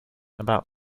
about